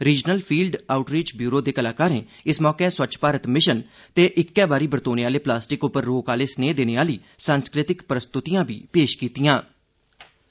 regional field outreach bureau दे कलाकारें इस मौके स्वच्छ भारत मिशन ते इक्कै बारी बरतोने आह्ले प्लास्टिक उप्पर रोक आह्ले स्नेह देने आह्ली सांस्कृतिक प्रस्तुतियां बी पेश कीतीआं